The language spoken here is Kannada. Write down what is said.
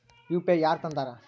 ಯು.ಪಿ.ಐ ಯಾರ್ ತಂದಾರ?